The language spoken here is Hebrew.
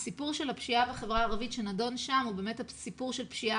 הסיפור של הפשיעה בחברה הערבית שנדון שם הוא הסיפור של פשיעה